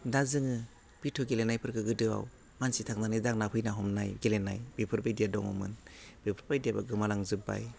दा जोङो बिथु गेलेनायफोरखौ गोदोआव मानसि थांनानै दांना फैना हमनाय गेलेनाय बेफोर बायदिया दङमोन बेफोर बायदियाबो गोमालांजोब्बाय